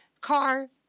car